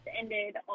ended